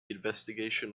investigation